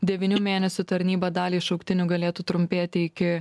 devynių mėnesių tarnyba daliai šauktinių galėtų trumpėti iki